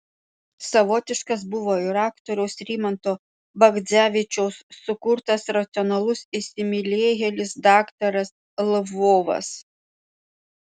savotiškas buvo ir aktoriaus rimanto bagdzevičiaus sukurtas racionalus įsimylėjėlis daktaras lvovas